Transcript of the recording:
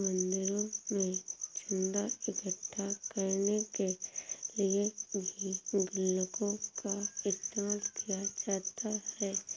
मंदिरों में चन्दा इकट्ठा करने के लिए भी गुल्लकों का इस्तेमाल किया जाता है